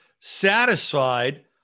satisfied